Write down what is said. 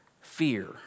fear